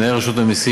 מנהל רשות המסים,